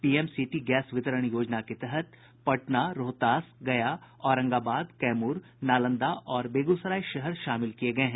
PM city gas वितरण योजना के तहत पटना रोहतास गया औरंगाबाद कैमूर नालंदा और बेगूसराय शहर शामिल किये गये हैं